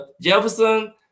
Jefferson